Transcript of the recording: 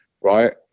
Right